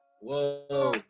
Whoa